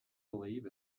believe